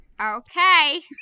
Okay